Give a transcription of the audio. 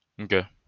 Okay